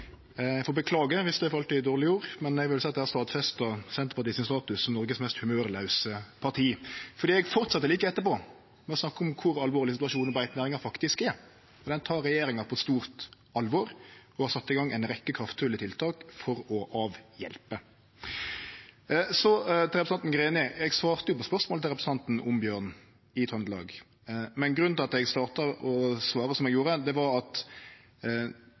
Eg får beklage viss det fall i dårleg jord, men eg vil seie at det har stadfesta Senterpartiets status som Noregs mest humørlause parti, for eg fortsette like etterpå med å snakke om kor alvorleg situasjonen i beitenæringa faktisk er. Den tek regjeringa på stort alvor og har sett i gong ei rekkje kraftfulle tiltak for å avhjelpe. Så til representanten Greni: Eg svarte jo på spørsmålet til representanten om bjørn i Trøndelag, men grunnen til at eg starta å svare som eg gjorde, var at